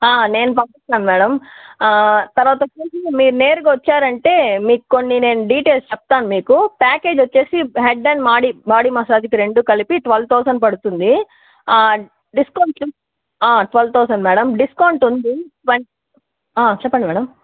నేను పంపిస్తాను మేడం తరువాత వచ్చి మీరు నేరుగా వచ్చారంటే మీకు కొన్ని నేను డీటైల్స్ చెప్తాను మీకు ప్యాకేజ్ వచ్చి హెడ్ అండ్ మాడీ బాడీ మసాజ్కి రెండు కలిపి ట్వెల్వ్ థౌజండ్ పడుతుంది discount twelve thousand madam discount ఉంది ట్వ చెప్పండి మేడం